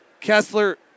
Kessler